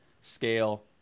scale